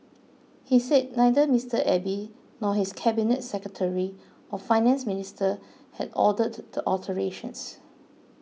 he said neither Mister Abe nor his cabinet secretary or Finance Minister had ordered the alterations